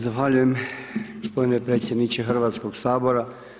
Zahvaljujem gospodine predsjedniče Hrvatskog sabora.